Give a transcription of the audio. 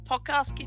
podcast